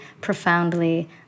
profoundly